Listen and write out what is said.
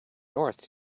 north